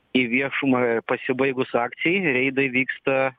į viešumą pasibaigus akcijai reidai vyksta